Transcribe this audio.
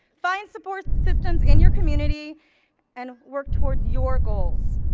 find support systems in your community and work towards your goals.